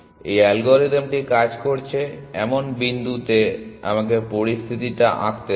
এই অ্যালগরিদমটি কাজ করছে এমন বিন্দুতে আমাকে পরিস্থিতি তা আঁকতে দাও